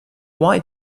why